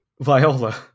Viola